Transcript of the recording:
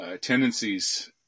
tendencies